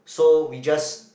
so we just